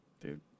dude